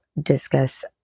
discuss